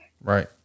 Right